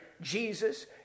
Jesus